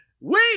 wait